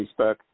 Facebook